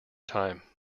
time